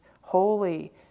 holy